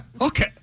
Okay